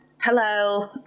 hello